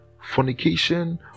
fornication